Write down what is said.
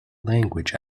language